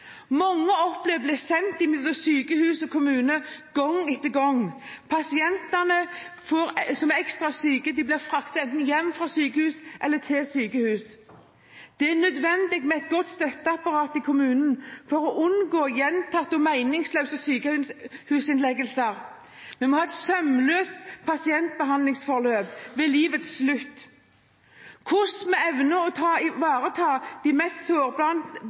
Mange opplever å bli sendt mellom sykehus og kommuner gang etter gang. Pasienter som er ekstra syke, blir fraktet enten hjem fra sykehus eller til sykehus. Det er nødvendig med et godt støtteapparat i kommunen for å unngå gjentatte og meningsløse sykehusinnleggelser. Vi må ha et sømløst pasientbehandlingsforløp ved livets slutt. Hvordan vi evner å ivareta de mest